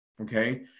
Okay